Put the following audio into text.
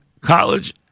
college